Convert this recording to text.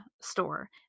store